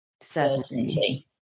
certainty